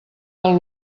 del